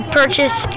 purchase